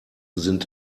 sind